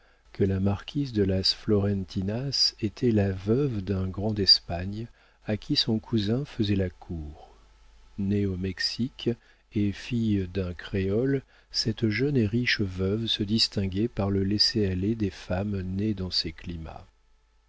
que la marquise de las florentinas était la veuve d'un grand d'espagne à qui son cousin faisait la cour née au mexique et fille d'un créole cette jeune et riche veuve se distinguait par le laisser-aller des femmes nées dans ces climats